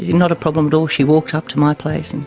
not a problem at all, she walked up to my place. and